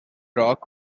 rock